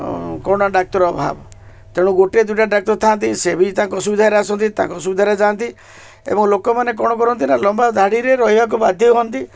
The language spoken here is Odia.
କ'ଣ ଡାକ୍ତର ଅଭାବ ତେଣୁ ଗୋଟିଏ ଦୁଇଟା ଡାକ୍ତର ଥାଆନ୍ତି ସେ ବି ତାଙ୍କ ସୁବିଧାରେ ଆସନ୍ତି ତାଙ୍କ ସୁବିଧାରେ ଯାଆନ୍ତି ଏବଂ ଲୋକମାନେ କ'ଣ କରନ୍ତି ନା ଲମ୍ବା ଧାଡ଼ିରେ ରହିବାକୁ ବାଧ୍ୟ ହୁଅନ୍ତି